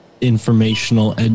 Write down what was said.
informational